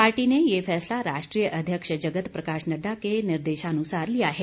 party ने यह फैसला राष्ट्रीय अध्यक्ष जगत प्रकाश नड्डा के निर्देशानुसार लिया है